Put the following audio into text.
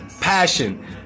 passion